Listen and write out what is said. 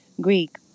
Greek